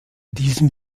diesem